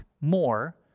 more